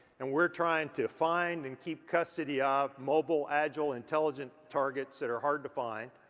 and we're trying to find and keep custody of mobile agile intelligent targets that are hard to find.